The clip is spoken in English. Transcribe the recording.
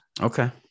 Okay